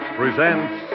presents